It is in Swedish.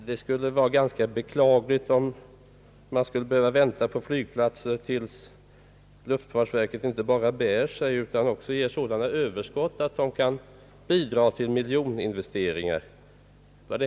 Det skulle vara ganska beklagligt om man behövde vänta med flygplatsbyggen tills luftfartsverket inte bara bär sig, utan också ger sådana överskott att verket kan bidra till miljoninvesteringar!